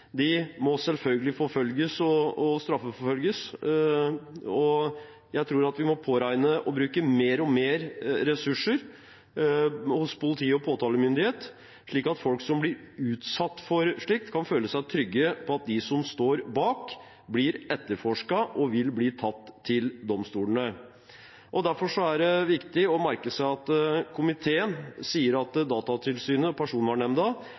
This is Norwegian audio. må selvfølgelig straffeforfølges. Jeg tror vi må påregne å bruke mer og mer ressurser hos politi og påtalemyndighet, slik at folk som blir utsatt for slikt, kan føle seg trygge på at de som står bak, blir etterforsket og tatt til domstolene. Derfor er det viktig å merke seg at komiteen sier at Datatilsynet og Personvernnemnda